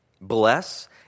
Bless